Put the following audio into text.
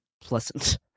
pleasant